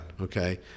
Okay